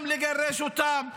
גם לגרש אותם,